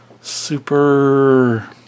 super